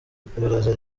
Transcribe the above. iperereza